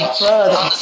brother